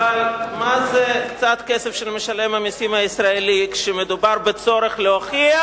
אבל מה זה קצת כסף של משלם המסים הישראלי כשמדובר בצורך להוכיח,